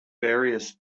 various